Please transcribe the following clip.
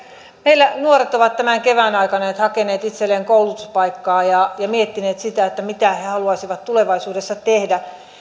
meillä nuoret ovat tämän kevään aikana hakeneet itselleen koulutuspaikkaa ja ja miettineet mitä he he haluaisivat tulevaisuudessa tehdä